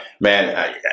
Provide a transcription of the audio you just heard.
man